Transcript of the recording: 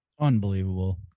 Unbelievable